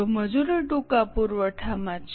જો મજૂરી ટૂંકા પુરવઠામાં છે